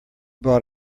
bought